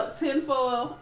tinfoil